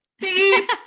beep